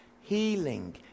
healing